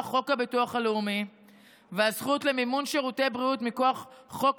חוק הביטוח הלאומי והזכות למימון שירותי בריאות מכוח חוק